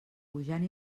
pujant